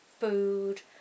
food